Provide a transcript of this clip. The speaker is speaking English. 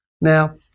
Now